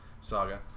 saga